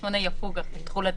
התנגדות להצעה הזאת?